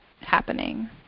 happening